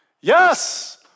yes